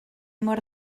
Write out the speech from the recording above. mor